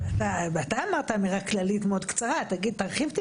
לא, אתה אמרת אמירה כללית מאוד קצרה, תרחיב טיפה.